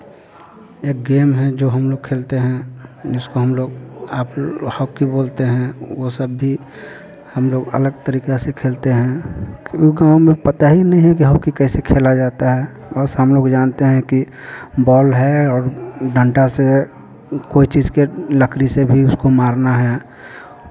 एक गेम है जो हम लोग खेलते हैं जिसको हम लोग आप हाॅकी बोलते हैं वो सब भी हम लोग अलग तरीका से खेलते हैं पूरे गाँव में पता ही नहीं है कि हॉकी कैसे खेला जाता है बस हम लोग जानते हैं कि बॉल है और डंडा से कोई चीज़ के लकड़ी से भी उसको मारना है